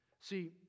See